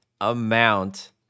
amount